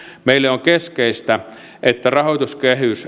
meille on keskeistä että rahoituskehys